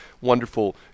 wonderful